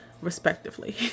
respectively